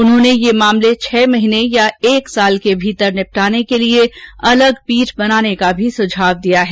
उन्होंने ये मामले छह महीने या एक वर्ष के भीतर निपटाने के लिए अलग पीठ बनाने का भी सुझाव दिया है